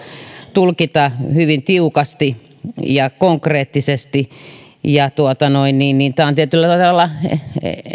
tulkita hyvin tiukasti ja konkreettisesti ja tämä on tietyllä tavalla